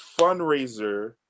fundraiser